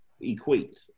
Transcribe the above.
equate